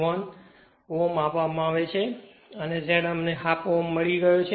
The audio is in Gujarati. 01 ઓહમ આપવામાં આવે છે અને Z અમને તે હાફ Ω મળી ગયો છે